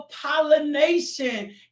pollination